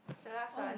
is a last one